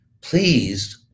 pleased